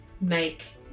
make